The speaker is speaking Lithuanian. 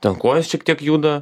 ten kojos šiek tiek juda